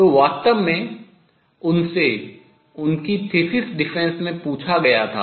तो वास्तव में उनसे उनकी thesis defense थीसिस प्रतिरक्षा में पूछा गया था